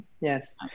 Yes